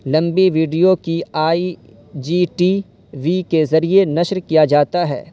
لمبی ویڈیو کی IGTV کے ذریعہ نشر کیا جاتا ہے